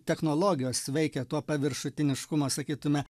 technologijos veikia tuo paviršutiniškumo sakytume